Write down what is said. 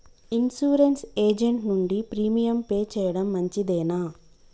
Insurance agent నుండి premium pay చేయడం మంచిదేనా?